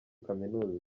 kaminuza